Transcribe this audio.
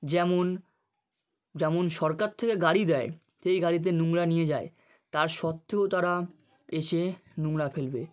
যেমন যেমন সরকার থেকে গাড়ি দেয় সেই গাড়িতে নোংরা নিয়ে যায় তা সত্ত্বেও তারা এসে নোংরা ফেলবে